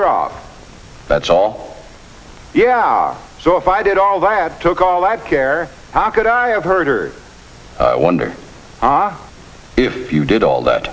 her off that's all yeah so if i did all that took all that care how could i have heard or wondered if you did all that